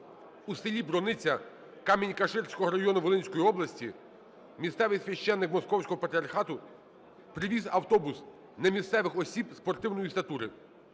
у селі Брониця Камінь-Каширського району Волинської області місцевий священик Московського патріархату привіз автобус немісцевих осіб спортивної статури,